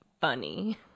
funny